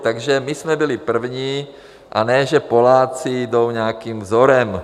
Takže my jsme byli první, a ne, že Poláci jdou nějakým vzorem.